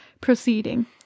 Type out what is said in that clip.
proceeding